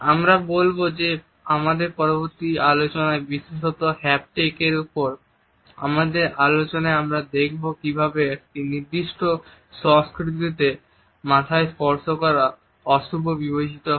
আমরা দেখব আমাদের পরবর্তী আলোচনায় বিশেষত হ্যাপটিক এর উপর আমাদের আলোচনায় আমরা দেখব কিভাবে কিছু নির্দিষ্ট সংস্কৃতিতে মাথায় স্পর্শ করা অশুভ বিবেচিত হয়